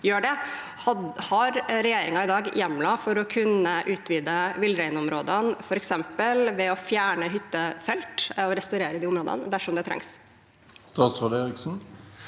Har regjeringen i dag hjemler for å kunne utvide villreinområdene, f.eks. ved å fjerne hyttefelt og restaurere de områdene dersom det trengs?